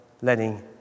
letting